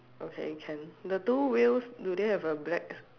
okay can the two wheels do they have a black